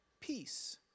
peace